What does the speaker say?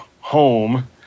home